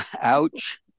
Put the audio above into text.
ouch